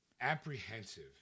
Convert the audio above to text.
apprehensive